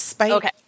Okay